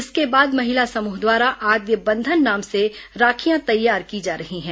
इसके बाद महिला समूह द्वारा आद्य बंधन नाम से राखियां तैयार की जा रही हैं